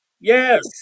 Yes